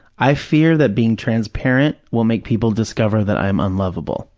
i fear that being transparent will make people discover that i am unlovable.